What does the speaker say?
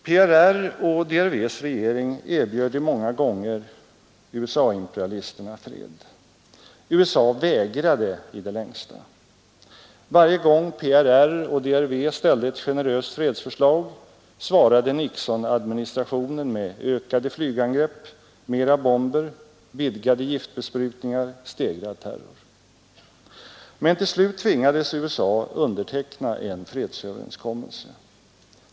PRR och de DRV s regering erbjöd i många omgångar USA-imperialisterna fred. USA vägrade i det längsta. Varje gång PRR och DRV ställde ett generöst fredsförslag svarade Nixonadministrationen med ökade flygangrepp, mera bomber, vidgade giftbesprutningar, stegrad terror. Men till slut tvingades USA underteckna en fredsöverenskommelse.